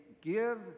give